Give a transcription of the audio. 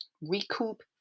recoup